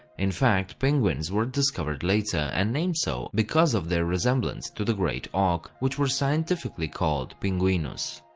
in fact, penguins were discovered later and named so because of their resemblance to the great auk, which were scientifically called pinguinus.